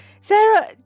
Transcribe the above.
sarah